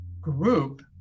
group